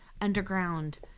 underground